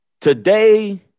Today